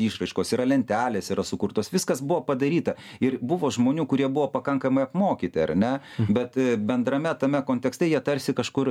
išraiškos yra lentelės yra sukurtos viskas buvo padaryta ir buvo žmonių kurie buvo pakankamai apmokyti ar ne bet bendrame tame kontekste jie tarsi kažkur